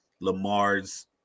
Lamar's